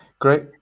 great